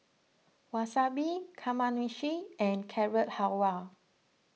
Wasabi Kamameshi and Carrot Halwa